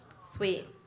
Sweet